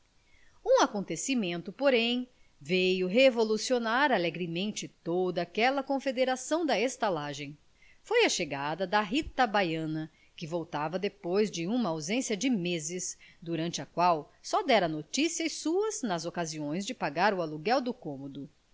um acontecimento porém veio revolucionar alegremente toda aquela confederação da estalagem foi a chegada da rita baiana que voltava depois de uma ausência de meses durante a qual só dera noticias suas nas ocasiões de pagar o aluguei do cômodo